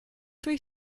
three